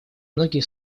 многие